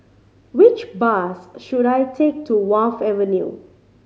which bus should I take to Wharf Avenue